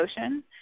ocean